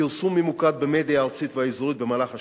פרסום ממוקד במדיה הארצית והאזורית במהלך השנה,